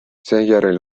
seejärel